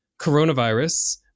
coronavirus